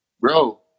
bro